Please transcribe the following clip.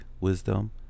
wisdom